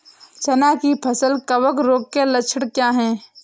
चना की फसल कवक रोग के लक्षण क्या है?